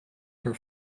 her